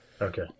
Okay